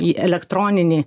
į elektroninį